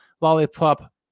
lollipop